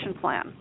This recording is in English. plan